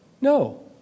No